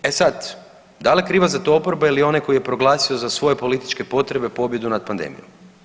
E sad, da li je kriva za to oporba ili onaj koji je proglasio za svoje političke potrebe pobjedu nad pandemijom?